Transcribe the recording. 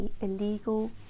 illegal